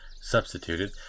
substituted